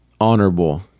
honorable